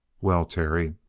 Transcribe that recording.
well, terry,